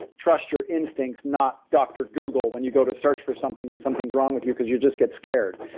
trust your instincts, not dr. google, when you go to search for something when something's wrong with you, because you'll just get scared.